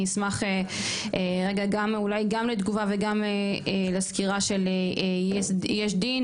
אני אשמח רגע גם אולי גם לתגובה וגם לסקירה של יש דין,